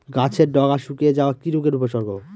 গাছের ডগা শুকিয়ে যাওয়া কি রোগের উপসর্গ?